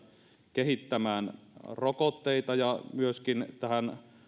kehittämään rokotteita ja myöskin tähän